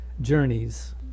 journeys